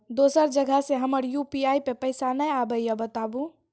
दोसर जगह से हमर यु.पी.आई पे पैसा नैय आबे या बताबू?